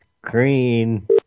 Green